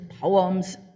poems